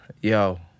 Yo